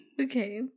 Okay